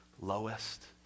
lowest